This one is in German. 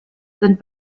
sind